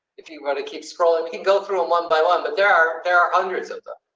if you want to keep scrolling, you can go through them one by one. but there are there are hundreds of.